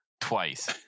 Twice